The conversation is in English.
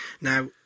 now